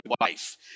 wife